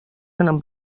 tenen